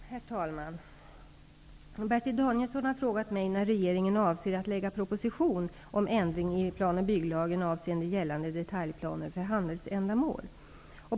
Herr talman! Bertil Danielsson har frågat mig när regeringen avser att lägga proposition om ändring i plan och bygglagen avseende gällande detaljplaner för handelsändamål.